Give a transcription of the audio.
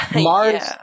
Mars